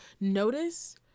Notice